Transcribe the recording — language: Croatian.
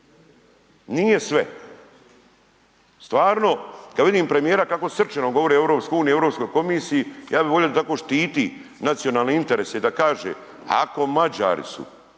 nije sve, stvarno kad vidim premijera kako srčano govori o EU, o Europskoj komisiji, ja bi volio da tako štiti nacionalne interese i da kaže ako Mađari su